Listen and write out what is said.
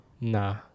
Nah